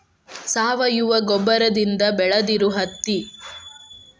ಸಾವಯುವ ಗೊಬ್ಬರದಿಂದ ಬೆಳದಿರು ಹತ್ತಿ